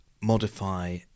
modify